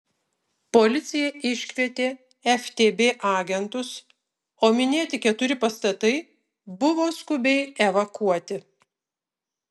policija iškvietė ftb agentus o minėti keturi pastatai buvo skubiai evakuoti